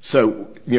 so you